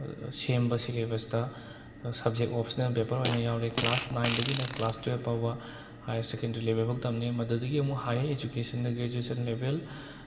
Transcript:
ꯁꯦꯝꯕ ꯁꯤꯂꯦꯕꯁꯇ subject optional paper ꯑꯣꯏꯅ ꯌꯥꯎꯔꯦ ꯀ꯭ꯂꯥꯁ ꯅꯥꯏꯟꯗꯒꯤꯅ ꯀ꯭ꯂꯥꯁ ꯇ꯭ꯋꯦꯜꯐ ꯐꯥꯎꯕ ꯍꯥꯏꯌꯔ ꯁꯦꯀꯦꯟꯗꯔꯤ ꯂꯦꯚꯦꯜꯐꯥꯎ ꯇꯝꯃꯦ ꯃꯗꯨꯗꯒꯤ ꯑꯃꯨꯛ ꯍꯥꯏꯌꯔ ꯏꯗꯨꯀꯦꯁꯟꯗ ꯒ꯭ꯔꯦꯖ꯭ꯌꯨꯑꯦꯁꯟ ꯂꯦꯚꯦꯜ